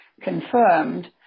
confirmed